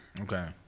Okay